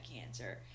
cancer